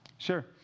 Sure